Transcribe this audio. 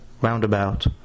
roundabout